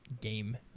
game